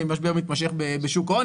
משבר מתמשך בשוק ההון,